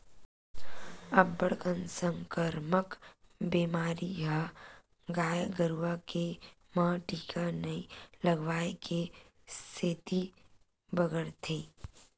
अब्बड़ कन संकरामक बेमारी ह गाय गरुवा के म टीका नइ लगवाए के सेती बगरथे